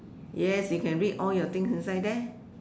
yes you can read all your things inside there